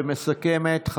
ומסכמת,